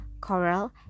Coral